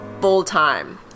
full-time